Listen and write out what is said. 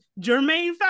Jermaine